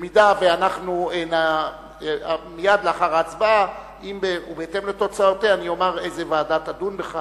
מייד לאחר ההצבעה ובהתאם לתוצאותיה אני אומר איזו ועדה תדון בכך.